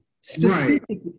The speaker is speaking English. Specifically